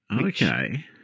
Okay